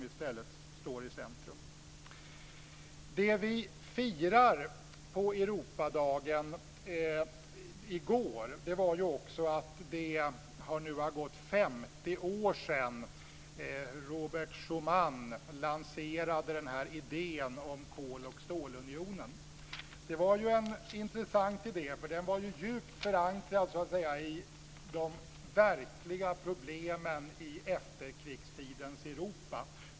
I går på Europadagen firade vi att det nu har gått 50 år sedan Robert Schumann lanserade idén om Koloch stålunionen. Det var en intressant idé, som var djupt förankrad i de verkliga problemen i efterkrigstidens Europa.